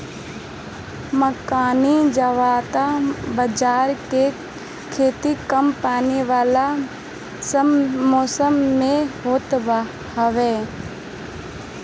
मकई, जवार बजारा के खेती कम पानी वाला मौसम में होत हवे